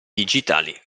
digitali